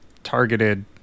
targeted